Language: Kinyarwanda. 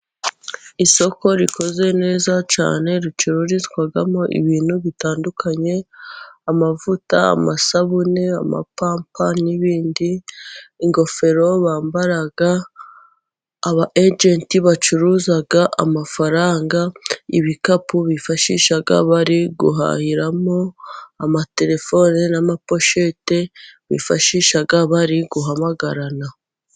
Isoko rikoze neza cyane, ricururizwamo ibintu bitandukanye, amavuta, amasabune, amapampa n'ibindi, ingofero bambara aba ejenti bacuruza amafaranga, ibikapu bifashisha bari guhahiramo, amatelefoni n'amaposhete, bifashisha bari guhamagarana.